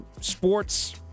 sports